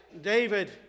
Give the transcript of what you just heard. David